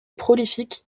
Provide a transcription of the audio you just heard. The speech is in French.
prolifique